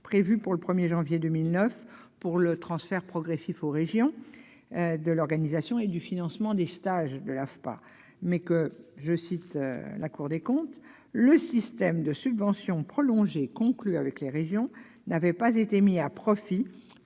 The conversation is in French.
prévue pour le 1 janvier 2009 pour le transfert progressif aux régions de l'organisation et du financement des stages de l'AFPA », mais que « le système de subvention prolongée conclu avec les régions n'avait pas été mis à profit